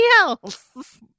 else